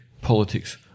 politics